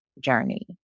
journey